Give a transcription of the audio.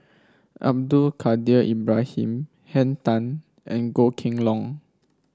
Abdul Kadir Ibrahim Henn Tan and Goh Kheng Long